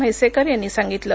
म्हैसेकर यांनी सांगितलं